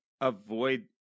avoid